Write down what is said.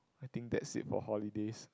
I think that's it for holidays